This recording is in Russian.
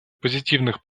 позитивных